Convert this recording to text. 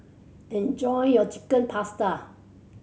enjoy your Chicken Pasta